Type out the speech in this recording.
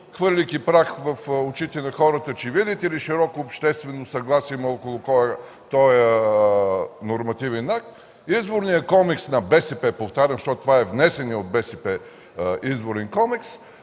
хвърляйки прах в очите на хората, че, видите ли, широко обществено съгласие има около този нормативен акт. Изборният комикс на БСП, повтарям, защото това е внесеният от БСП изборен комикс,